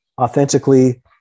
authentically